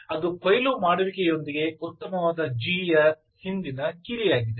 ಅದು ಕೊಯ್ಲು ಮಾಡುವಿಕೆಯೊಂದಿಗೆ ಉತ್ತಮವಾದ G ಯ ಹಿಂದಿನ ಕೀಲಿಯಾಗಿದೆ